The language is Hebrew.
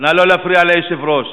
נא לא להפריע ליושב-ראש.